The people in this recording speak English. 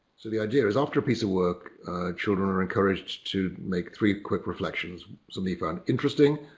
so the idea is after a piece of work children are encouraged to make three quick reflections. something you found interesting,